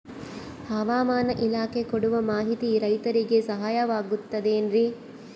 ಹವಮಾನ ಇಲಾಖೆ ಕೊಡುವ ಮಾಹಿತಿ ರೈತರಿಗೆ ಸಹಾಯವಾಗುತ್ತದೆ ಏನ್ರಿ?